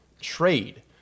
trade